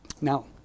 now